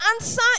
answer